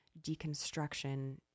deconstruction